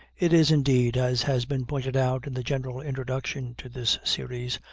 it is indeed, as has been pointed out in the general introduction to this series,